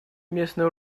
местные